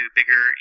bigger